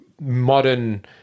modern